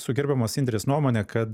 su gerbiamos indrės nuomone kad